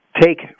take